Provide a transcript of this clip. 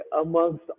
amongst